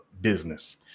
business